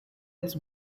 its